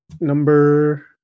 number